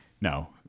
no